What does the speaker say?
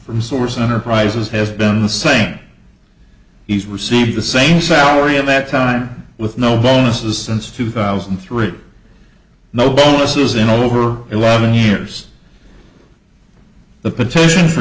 from source enterprises has been the same he's received the same salary at that time with no bonuses since two thousand and three no bonuses in over eleven years the petition for